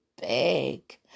big